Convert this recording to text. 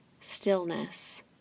Stillness